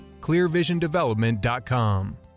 clearvisiondevelopment.com